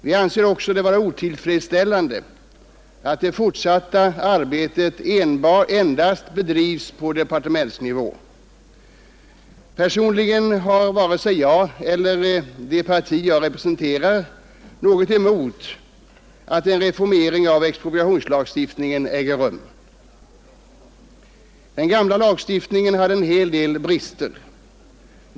Vi anser det också vara otillfredsställande att det fortsatta arbetet endast bedrivs på departementsnivå. Varken jag eller det parti jag representerar har något emot att en reformering av expropriationslagstiftningen äger rum. Den gamla lagstiftningen hade en hel del brister.